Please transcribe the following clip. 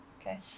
Okay